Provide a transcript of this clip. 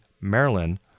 Maryland